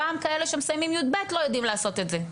גם כאלה שמסיימים י"ב לא יודעים לעשות את זה,